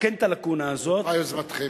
מתקן את הלקונה הזאת, ברוכה יוזמתכם.